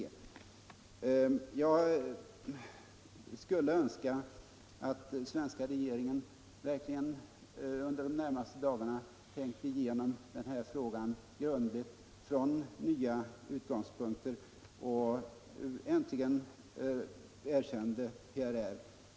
Jag skulle önska att den svenska regeringen under de närmaste dagarna tänkte igenom den här frågan grundligt från nya utgångspunkter och äntligen erkände PRR.